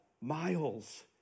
miles